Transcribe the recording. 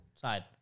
side